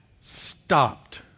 stopped